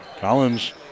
Collins